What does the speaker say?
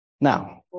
Now